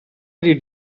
did